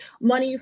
money